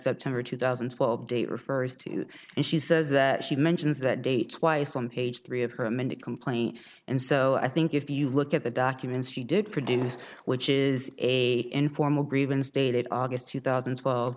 september two thousand and twelve date refers to and she says that she mentions that date twice on page three of her amended complaint and so i think if you look at the documents she did produce which is the informal grievance dated august two thousand and twelve